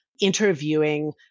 interviewing